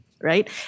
right